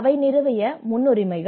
எனவே இவை அவை நிறுவிய முன்னுரிமைகள்